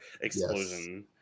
explosion